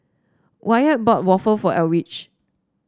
Wyatt bought waffle for Eldridge